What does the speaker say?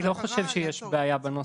אני לא חושב שיש בעיה בנוסח,